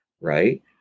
right